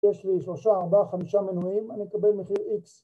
‫יש לי שלושה, ארבעה, חמישה מנויים, ‫אני אקבל מחיר איקס.